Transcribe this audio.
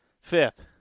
Fifth